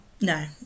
No